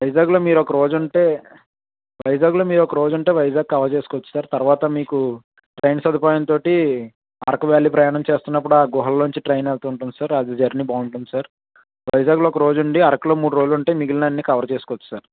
వైజాగ్లో మీరు ఒక రోజు ఉంటే వైజాగ్లో మీరు ఒక రోజు ఉంటే వైజాగ్ కవర్ చేసుకోవచ్చు సార్ తర్వాత మీకు ట్రైన్ సదుపాయంతో అరకు వ్యాలీ ప్రయాణం చేస్తున్నప్పుడు ఆ గృహల నుంచి ట్రైన్ వెళుతు ఉంటుంది సార్ అది జర్నీ బావుంటుంది సార్ వైజాగ్లో ఒక రోజు ఉండి అరకులో మూడు రోజులు ఉంటే మిగిలినవి అన్నీ కవర్ చేసుకోవచ్చు సార్